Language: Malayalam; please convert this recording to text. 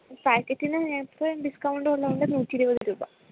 പാക്കറ്റിന് ഇപ്പോൾ ഡിസ്കൗണ്ട് ഉള്ളത് ഉണ്ട് നൂറ്റി ഇരുപത് രൂപ